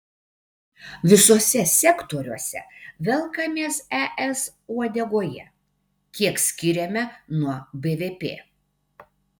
visuose sektoriuose velkamės es uodegoje kiek skiriame nuo bvp